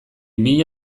mila